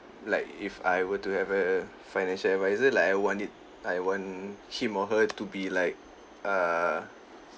like if I were to have a financial adviser lah I want it I want him or her to be like err